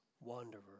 wanderer